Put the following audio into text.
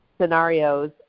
scenarios